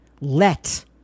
Let